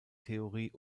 theorie